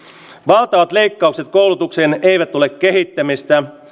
lasku valtavat leikkaukset koulutukseen eivät ole kehittämistä